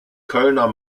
kölner